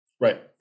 Right